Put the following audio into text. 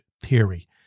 theory